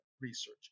research